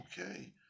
okay